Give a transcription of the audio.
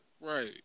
right